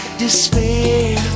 despair